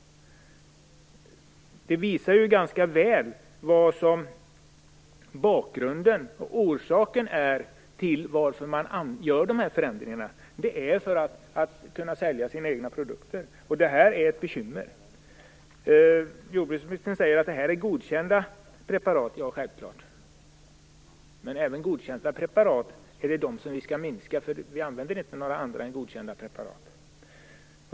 Detta visar ganska väl vad som är orsaken till att man gör de här förändringarna. Det är för att kunna sälja sina egna produkter. Det här är ett bekymmer. Jordbruksministern säger att det är godkända preparat. Självklart. Men det är de godkända preparaten vi skall minska användningen av, för vi använder inte några andra än godkända preparat.